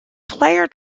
player